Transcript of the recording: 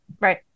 Right